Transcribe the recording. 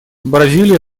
бразилия